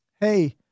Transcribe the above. Hey